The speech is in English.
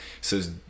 says